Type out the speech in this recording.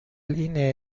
اینه